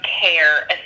care